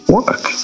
work